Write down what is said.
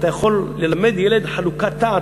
אתה יכול ללמד ילד חלוקת תא.